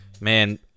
Man